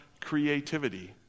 creativity